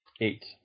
Eight